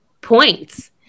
points